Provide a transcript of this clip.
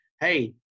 hey